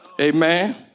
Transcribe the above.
Amen